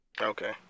okay